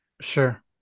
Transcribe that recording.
Sure